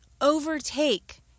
overtake